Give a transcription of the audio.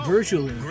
Virtually